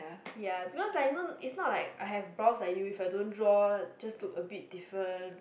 ya because I know it's not like I have brows like you if I don't draw just look a bit different